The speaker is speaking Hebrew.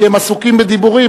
כי הם עסוקים בדיבורים,